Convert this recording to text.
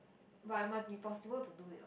but must be possible to do it